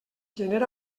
gener